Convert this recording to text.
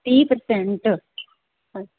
ਤੀਹ ਪ੍ਰਸੈਂਟ